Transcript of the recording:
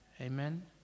Amen